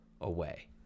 away